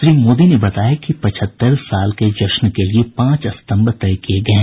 श्री मोदी ने बताया कि पचहत्तर साल के जश्न के लिए पांच स्तंभ तय किए गए हैं